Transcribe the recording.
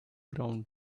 ground